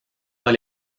pas